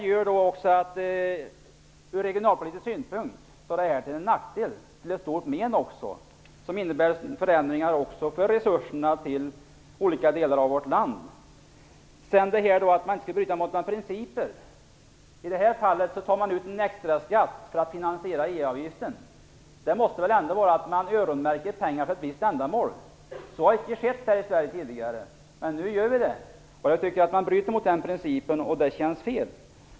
Ur regionalpolitisk synpunkt är detta en nackdel och innebär förändringar i tilldelningen av resurser till olika delar av vårt land. Vidare är det frågan om att inte bryta mot några principer. I det här fallet tas en extra skatt ut för att finansiera EU-avgiften. Det är väl att öronmärka pengar för ett visst ändamål? Så har icke skett i Sverige tidigare. Men nu sker det. Det är att bryta mot principen, och det känns fel.